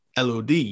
LOD